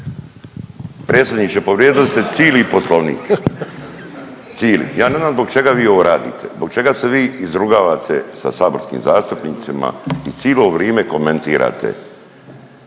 Predsjedniče, povrijedili ste cili Poslovnik, cili. Ja ne znam zbog čega vi ovo radite, zbog čega se vi izrugavate sa saborskim zastupnicima i cilo vrime komentirate.